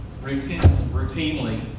Routinely